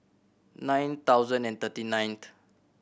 nine thousand and thirty ninth